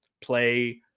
play